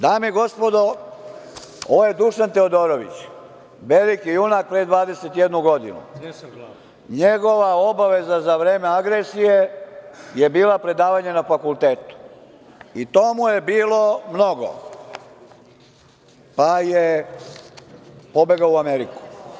Dame i gospodo, ovaj Dušan Teodorović, veliki junak pre 21 godinu, njegova obaveza za vreme agresije je bila predavanje na fakultetu i to mu je bilo mnogo, pa je pobegao u Ameriku.